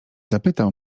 zapytał